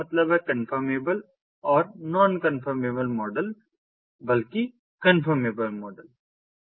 इसका मतलब है कंफर्मेबल और नॉन कन्फर्मेबल मॉडल बल्कि कंफर्मेबल मॉडल